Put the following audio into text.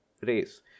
race